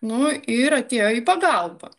nu ir atėjo į pagalbą